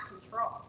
control